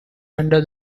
under